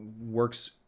works